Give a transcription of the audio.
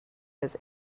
his